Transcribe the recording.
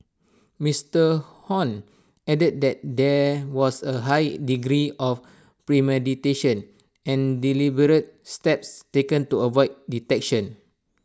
Mister Hon added that there was A high degree of premeditation and deliberate steps taken to avoid detection